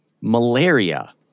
Malaria